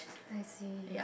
I see